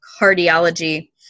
Cardiology